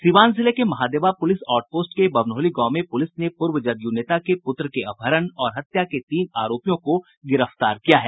सीवान जिले के Mahadeva police outpost के बभनौली गांव से पुलिस ने पूर्व जदयू नेता के पुत्र के अपहरण और हत्या के तीन आरोपियों को गिरफ्तार किया है